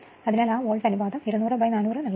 അതിനാൽ ആ volt അനുപാതം 200400 നൽകുന്നു